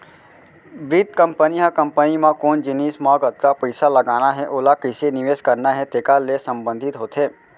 बित्त कंपनी ह कंपनी म कोन जिनिस म कतका पइसा लगाना हे ओला कइसे निवेस करना हे तेकर ले संबंधित होथे